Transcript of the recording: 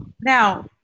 Now